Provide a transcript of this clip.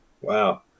Wow